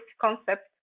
concept